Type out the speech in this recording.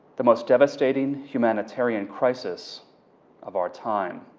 the most dave stating humanitarian crisis of our time.